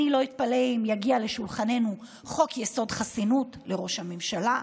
אני לא אתפלא אם יגיע לשולחננו חוק-יסוד: חסינות לראש הממשלה,